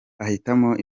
abahitamo